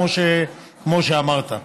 כמו שאמרת.